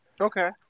Okay